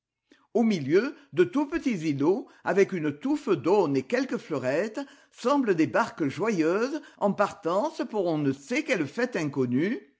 au milieu de tous petits îlots avec une touffe d'aunes et quelques fleurettes semblent des barques joyeuses en partance pour on ne sait quelle fête inconnue